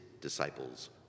disciples